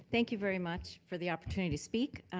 thank you very much for the opportunity to speak.